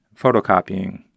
photocopying